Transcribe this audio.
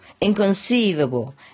inconceivable